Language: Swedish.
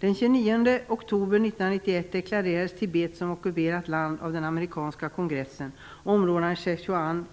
Den 29 oktober 1991 deklarerades Tibet som ockuperat land av den amerikanska kongressen och områdena Szechuan,